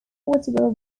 portable